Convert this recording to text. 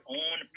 own